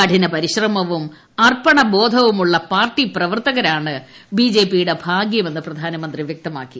കഠിനപരിശ്രമവും അർപ്പണബോധവും ഉള്ള പാർട്ടി പ്രവർത്തകരാണ് ബിജെപിയുടെ ഭാഗ്യം എന്ന് പ്രധാനമന്ത്രി വ്യക്തമാക്കി